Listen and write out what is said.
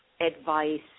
advice